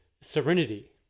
serenity